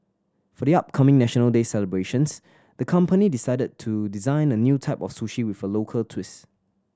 for the upcoming National Day celebrations the company decided to design a new type of sushi with a local twist